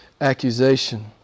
accusation